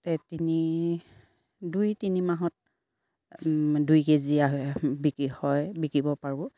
তিনি দুই তিনি মাহত দুই কেজি আহে বিকি হয় বিকিব পাৰোঁ